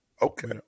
Okay